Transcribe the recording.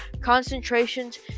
concentrations